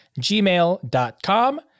gmail.com